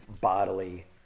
bodily